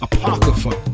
Apocrypha